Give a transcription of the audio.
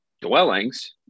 dwellings